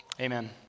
Amen